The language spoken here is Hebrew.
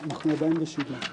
אני נועלת את הישיבה.